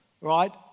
right